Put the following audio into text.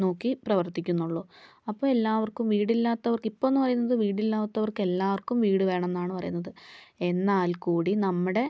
നോക്കി പ്രവർത്തിക്കുന്നുള്ളൂ അപ്പം എല്ലാവർക്കും വീടില്ലാത്തവർക്ക് ഇപ്പം എന്ന് പറയുന്നത് വീടില്ലാത്തവർക്ക് എല്ലാവർക്കും വീട് വേണം എന്നാണ് പറയുന്നത് എന്നാൽ കൂടി നമ്മുടെ